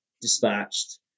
dispatched